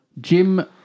Jim